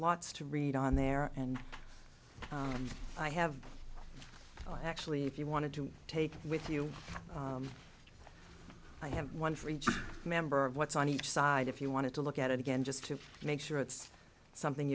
lots to read on there and i have actually if you wanted to take with you i have one for each member of what's on each side if you want to look at it again just to make sure it's something